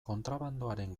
kontrabandoaren